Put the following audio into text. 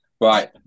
Right